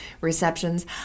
receptions